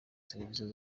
services